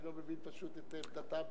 אני לא מבין פשוט את עמדתם,